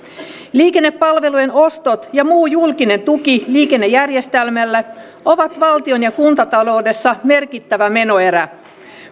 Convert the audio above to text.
liikennepalvelujen ostot ja muu julkinen tuki liikennejärjestelmälle ovat valtion ja kuntataloudessa merkittävä menoerä